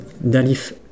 d'Alif